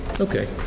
Okay